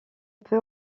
peut